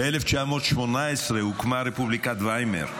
ב-1918 הוקמה רפובליקת ויימאר,